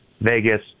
Vegas